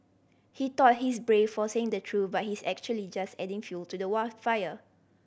he thought he's brave for saying the truth but he's actually just adding fuel to the fire